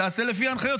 תעשה לפי ההנחיות.